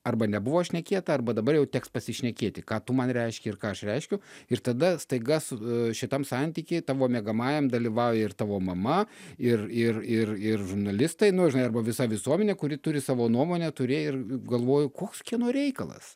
arba nebuvo šnekėta arba dabar jau teks pasišnekėti ką tu man reiški ir ką aš reiškiu ir tada staiga su šitam santyky tavo miegamajam dalyvauja ir tavo mama ir ir ir ir žurnalistai nu žnai arba visa visuomenė kuri turi savo nuomonę turi ir galvoju koks kieno reikalas